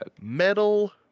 metal